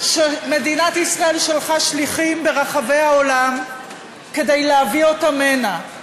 שמדינת ישראל שלחה שליחים ברחבי העולם כדי להביא אותם הנה.